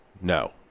no